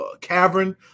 cavern